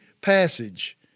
passage